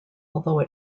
although